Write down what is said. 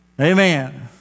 Amen